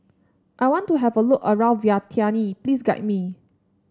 I want to have a look around Vientiane please guide me